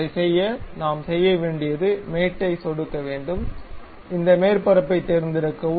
அதைச் செய்ய நாம் செய்ய வேண்டியது மேட் ஐ சொடுக்க வேண்டும் இந்த மேற்பரப்பைத் தேர்ந்தெடுக்கவும்